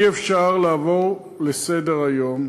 אי-אפשר לעבור לסדר-היום,